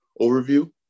overview